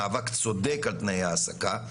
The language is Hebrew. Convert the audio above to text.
מאבק צודק על תנאי העסקה,